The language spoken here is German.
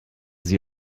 sie